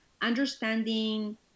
understanding